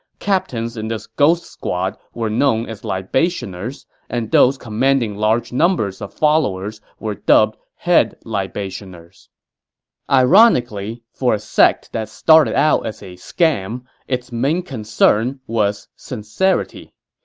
captains in this ghost squad were known as libationers, and those commanding large numbers of followers were dubbed head libationers ironically, for a sect that started out as a scam, its main concern was sincerity.